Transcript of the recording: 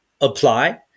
apply